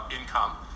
income